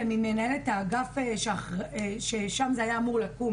זה ממנהלת האגף שבו זה היה אמור לקום.